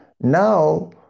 Now